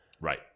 Right